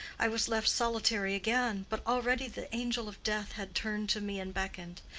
i was left solitary again but already the angel of death had turned to me and beckoned,